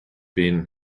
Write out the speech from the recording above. been